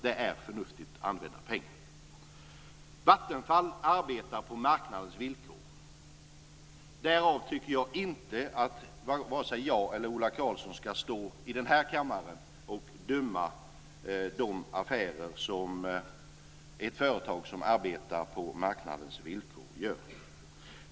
Det är förnuftigt använda pengar. Vattenfall arbetar på marknadens villkor. Därför tycker jag inte att vare sig Ola Karlsson eller jag ska stå i denna kammare och döma de affärer som ett företag som arbetar på marknadens villkor gör.